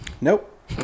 Nope